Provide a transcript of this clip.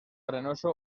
arenoso